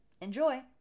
Enjoy